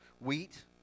wheat